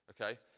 okay